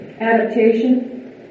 adaptation